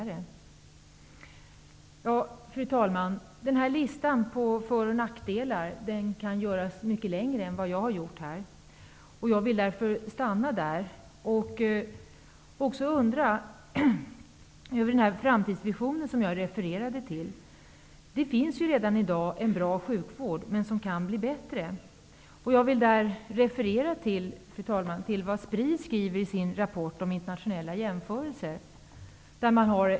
Fru talman! Listan på både för och nackdelar kan göras längre än den jag har räknat upp här. Jag vill därför stanna här. Jag refererade till en framtidsvision. Det finns ju redan i dag en bra sjukvård -- men den kan bli bättre. Fru talman! Jag vill därför referera till vad Spri skriver i sin rapport om internationella jämförelser.